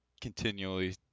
continually